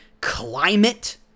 climate